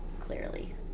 Clearly